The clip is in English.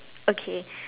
okay